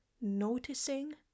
noticing